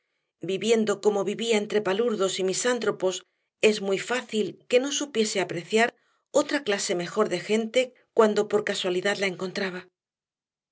viviendo como vivía entre palurdos y misántropos es muy fácil que no supiese apreciar otra clase mejor de gente cuando por casualidad la encontraba